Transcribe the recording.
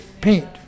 paint